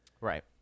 Right